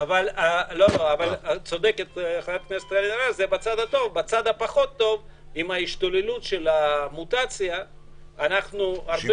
הצד הפחות טוב הוא שעם ההשתוללות של המוטציה הרבה